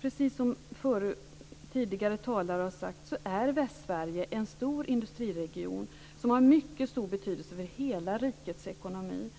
Precis som tidigare talare har sagt är Västsverige en stor industriregion som är av mycket stor betydelse för hela rikets ekonomi.